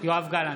יואב גלנט,